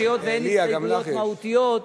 היות שאין הסתייגויות מהותיות,